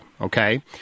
Okay